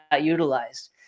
utilized